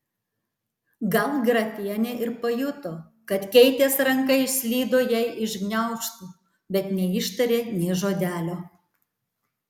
gal grafienė ir pajuto kad keitės ranka išslydo jai iš gniaužtų bet neištarė nė žodelio